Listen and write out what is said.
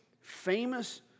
famous